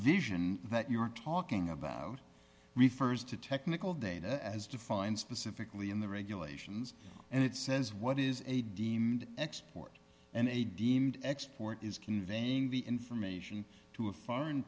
provision that you're talking about refers to technical data as defined specifically in the regulations and it says what is a deemed export and a deemed export is conveying the information to a foreign